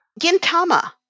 Gintama